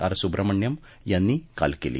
R Subramaniam यांनी काल केली